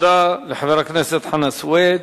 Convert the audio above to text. תודה לחבר הכנסת חנא סוייד.